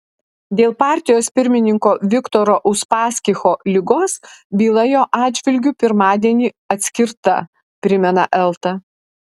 dėl partijos pirmininko viktoro uspaskicho ligos byla jo atžvilgiu pirmadienį atskirta primena elta